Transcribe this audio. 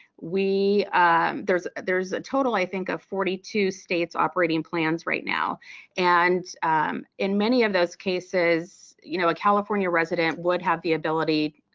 there's there's a total i think of forty two states operating plans right now and in many of those cases you know a california resident would have the ability,